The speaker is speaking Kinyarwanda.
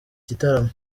gitaramo